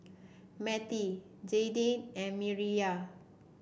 Matie Jaidyn and Mireya